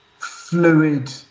fluid